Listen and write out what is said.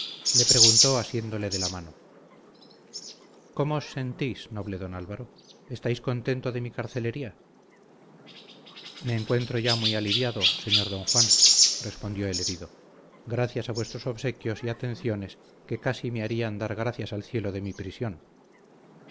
le preguntó asiéndole de la mano cómo os sentís noble don álvaro estáis contento de mi carcelería me encuentro ya muy aliviado señor don juan respondió el herido gracias a vuestros obsequios y atenciones que casi me harían dar gracias al cielo de mi prisión